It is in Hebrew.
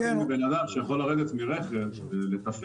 להבדיל מבן אדם שיכול לרדת מרכב ולתפעל,